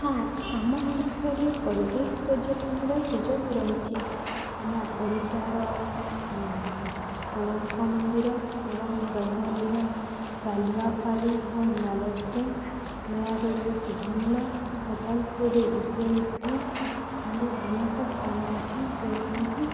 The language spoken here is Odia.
ହଁ ଆମ ଓଡ଼ିଶାରେ ପରିବେଶ ପର୍ଯ୍ୟଟନର ସୁଯୋଗ ରହିଛି ଆମ ଓଡ଼ିଶାର କୋଣାର୍କ ମନ୍ଦିର ଏବଂ ଗଞ୍ଜାମର ସାାଲୁଆପାଳି ଓ ଲାଲସିଂ ନୟାଗଡ଼ର ସିଧାମୂଳ ଗୋପାଳପୁରରେ ଇକୋ ରିଟ୍ରିଟ୍ ଭଳି ଅନେକ ସ୍ଥାନ ଅଛି ଯୋଉଠାରେ କିି